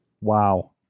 Wow